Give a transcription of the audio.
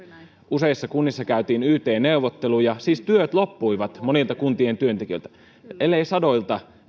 useissa kunnissa käytiin yt neuvotteluja siis työt loppuivat monilta kuntien työntekijöiltä sadoilta